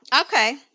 Okay